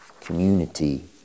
community